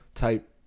type